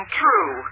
true